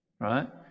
right